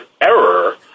error